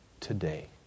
today